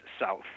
South